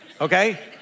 okay